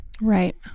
right